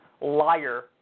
liar